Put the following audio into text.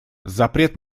запрет